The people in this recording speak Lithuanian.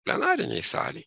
plenarinėj salėj